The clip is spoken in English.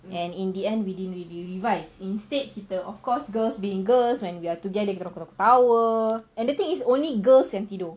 and in the end we didn't really revised instead kita of course girls being girls when we are together kita orang ketawa-ketawa and the thing is only girls yang tidur